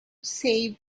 save